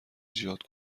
ایجاد